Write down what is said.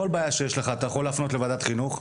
כל בעיה שיש לך אתה יכול להפנות לוועדת חינוך.